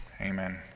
Amen